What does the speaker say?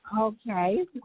Okay